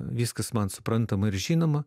viskas man suprantama ir žinoma